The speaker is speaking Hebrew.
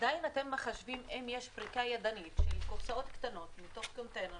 עדיין אתם מחשבים אם יש פריקה ידנית של קופסאות קטנות מתוך קונטיינר